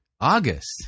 August